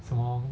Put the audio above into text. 什么